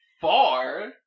far